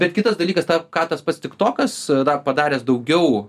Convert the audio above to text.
bet kitas dalykas ta kad tas pats tiktokas dar padaręs daugiau